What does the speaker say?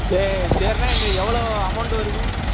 சரி சரிண்ண இந்த எவ்வளோ அமௌண்ட் வருது